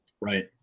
Right